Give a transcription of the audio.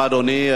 תודה רבה, אדוני.